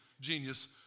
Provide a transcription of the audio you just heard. genius